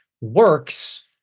works